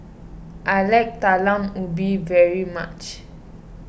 I like Talam Ubi very much